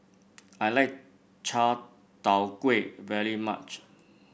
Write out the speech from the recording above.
I like Chai Tow Kuay very much